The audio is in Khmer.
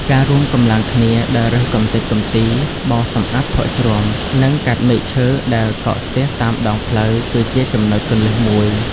ការរួមកម្លាំងគ្នាដើររើសកម្ទេចកម្ទី បោសសម្អាតភក់ជ្រាំ និងកាត់មែកឈើដែលកកស្ទះតាមដងផ្លូវ គឺជាចំណុចគន្លឹះមួយ។